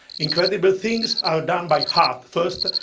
incredible things are done by heart first,